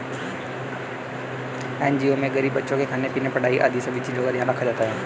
NGO में गरीब बच्चों के खाने पीने, पढ़ाई आदि सभी चीजों का ध्यान रखा जाता है